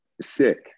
sick